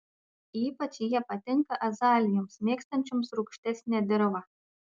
ypač jie patinka azalijoms mėgstančioms rūgštesnę dirvą